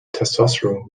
testosterone